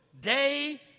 day